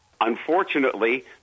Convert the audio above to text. unfortunately